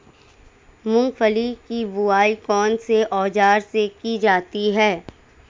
मूंगफली की बुआई कौनसे औज़ार से की जाती है?